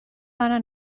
dona